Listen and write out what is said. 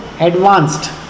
advanced